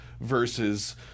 versus